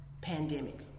pandemic